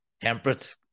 temperate